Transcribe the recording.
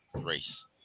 race